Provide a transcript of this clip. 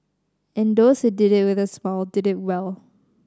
and those who did it with a smile did it well